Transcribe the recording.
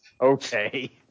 Okay